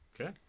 Okay